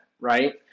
right